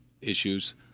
issues